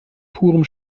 purem